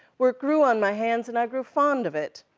work grew on my hands, and i grew fond of it,